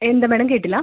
എന്താ മാഡം കേട്ടില്ല